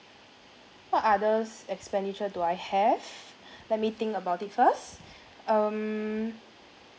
what others expenditure do I have let me think about it first um